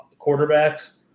Quarterbacks